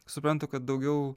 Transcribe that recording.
suprantu kad daugiau